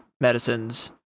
medicines